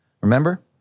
remember